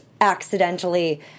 accidentally